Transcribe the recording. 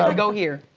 ah go here.